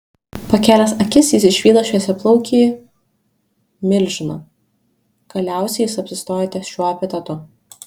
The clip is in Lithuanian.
pakėlęs akis jis išvydo šviesiaplaukį milžiną galiausiai jis apsistojo ties šiuo epitetu